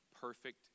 perfect